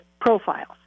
profiles